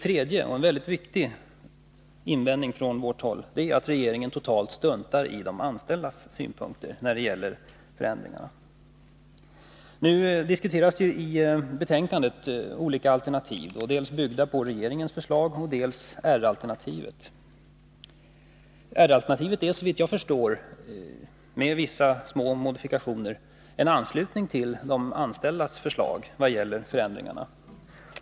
3. En viktig invändning från vårt håll är att regeringen totalt struntar i de anställdas synpunkter när det gäller förändringarna. Det diskuteras i betänkandet olika alternativ, dels sådana byggda på regeringens förslag, dels R-alternativet. R-alternativet är såvitt jag kan förstå med vissa små modifikationer en anslutning till de anställdas förslag vad gäller förändringarna.